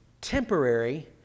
temporary